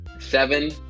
Seven